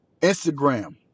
Instagram